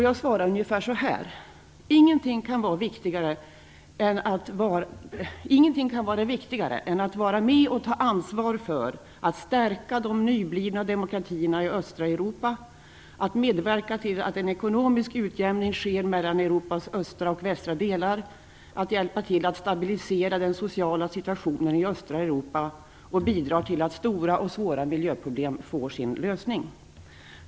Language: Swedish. Jag svarade ungefär så här: Ingenting kan vara viktigare än att vara med och ta ansvar för att stärka de nyblivna demokratierna i östra Europa, att medverka till att en ekonomisk utjämning sker mellan Europas östra och västra delar, att hjälpa till att stabilisera den sociala situationen i östra Europa och bidra till att stora och svåra miljöproblem där får sin lösning.